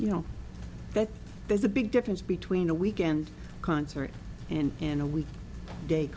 you know that there's a big difference between a weekend concert and in a week day